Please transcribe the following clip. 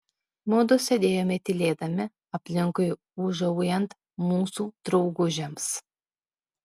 mudu sėdėjome tylėdami aplinkui ūžaujant mūsų draugužiams